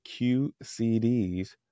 QCDs